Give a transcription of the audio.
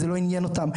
זה לא עניין אותם.